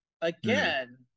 Again